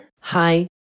Hi